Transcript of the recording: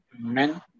men